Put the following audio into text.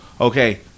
Okay